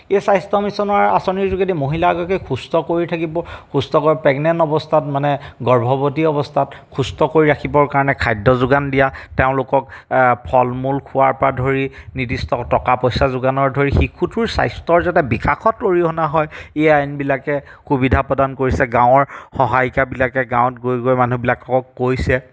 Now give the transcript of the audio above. এই স্বাস্থ্য মিছনৰ আঁচনিৰ যোগেদি মহিলা এগৰাকীক সুস্থ কৰি থাকিব সুস্থকৰ প্ৰেগনেণ্ট অৱস্থাত মানে গৰ্ভাৱতী অৱস্থাত সুস্থ কৰি ৰাখিবৰ কাৰণে খাদ্য যোগান দিয়া তেওঁলোকক ফল মূল খোৱাৰ পৰা ধৰি নিৰ্দিষ্ট টকা পইচা যোগান ধৰি শিশুটোৰ স্বাস্থ্যৰ যাতে বিকাশত অৰিহণা হয় এই আইনবিলাকে সুবিধা প্ৰদান কৰিছে গাঁৱৰ সহায়িকাবিলাকে গাঁৱত গৈ গৈ মানুহকবিলাকক কৈছে